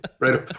Right